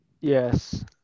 Yes